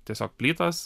tiesiog plytas